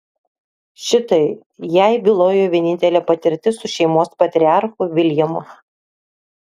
šitai jai bylojo vienintelė patirtis su šeimos patriarchu viljamu